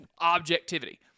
objectivity